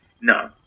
No